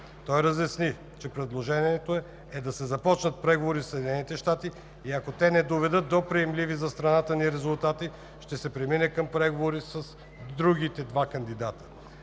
Той разясни, че предложението е да се започнат преговори със САЩ и ако те не доведат до приемливи за страната ни резултати, ще се премине към преговори с другите два кандидати.